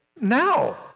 now